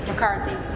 McCarthy